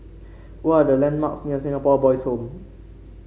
what are the landmarks near Singapore Boys' Home